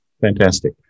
Fantastic